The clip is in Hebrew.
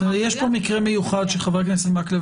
יש פה מקרה מיוחד שחבר הכנסת מקלב